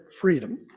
freedom